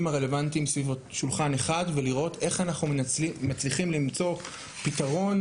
הרלוונטיים סביב שולחן אחד ולראות איך אנחנו מצליחים למצוא פתרון